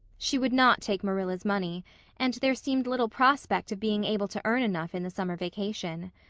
she would not take marilla's money and there seemed little prospect of being able to earn enough in the summer vacation.